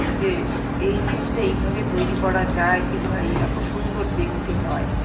যে এই জিনিসটা এইভাবে তৈরি করা যায় কিংবা এই এত সুন্দর দেখতে হয়